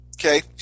okay